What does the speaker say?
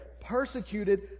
persecuted